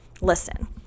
Listen